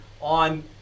on